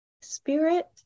spirit